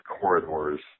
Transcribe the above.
corridors